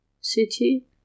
city